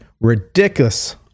ridiculous